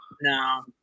No